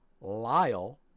Lyle